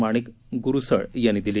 माणिक गुरसळ यांनी दिली